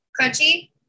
Crunchy